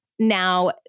Now